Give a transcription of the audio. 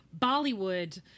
Bollywood